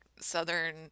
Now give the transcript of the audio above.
southern